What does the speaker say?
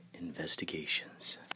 Investigations